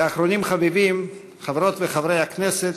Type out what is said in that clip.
ואחרונים חביבים, חברות וחברי הכנסת,